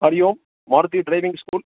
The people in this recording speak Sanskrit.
हरिः ओम् मारुति ड्रैविङ्ग् स्कूल्